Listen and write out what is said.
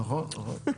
נכון, נכון.